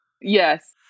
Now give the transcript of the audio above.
Yes